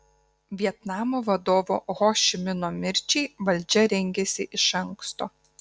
vietnamo vadovo ho ši mino mirčiai valdžia rengėsi iš anksto